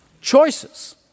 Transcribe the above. Choices